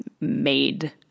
made